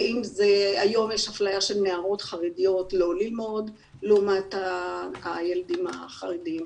ואם זה היום יש אפליה של נערות חרדיות לא ללמוד לעומת הילדים החרדים,